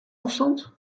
afstand